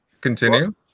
Continue